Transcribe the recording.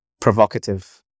provocative